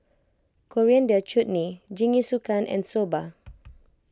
Coriander Chutney Jingisukan and Soba